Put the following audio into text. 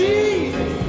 Jesus